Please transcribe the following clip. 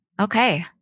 Okay